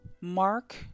mark